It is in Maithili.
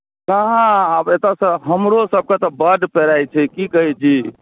कहाँ आब एतयसँ हमरोसभकेँ तऽ बड्ड पेड़ाएत छै की कहैत छी